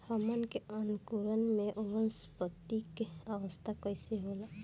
हमन के अंकुरण में वानस्पतिक अवस्था कइसे होला?